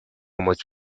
much